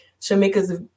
Shamika's